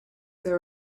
there